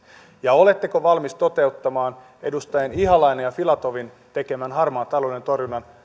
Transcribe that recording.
ja oletteko valmis toteuttamaan edustajien ihalainen ja filatov tekemän harmaan talouden torjunnan